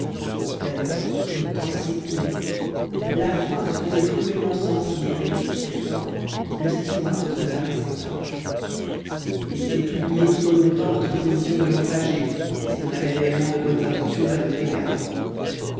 d'ailleurs le temps s'écoulait la faim se faisait cruellement sentir et cette fois le stewart ne paraissait pas et c'était oublier trop longtemps notre position de naufragés si l'on avait réellement de bonnes intentions à notre égard